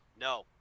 no